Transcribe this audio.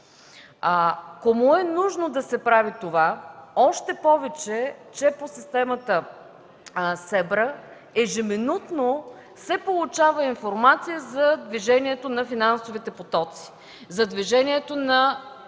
Кому е нужно да се прави това, още повече че по системата „СЕБРА” ежеминутно се получава информация за движението на финансовите потоци, за движението на